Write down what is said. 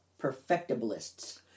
Perfectibilists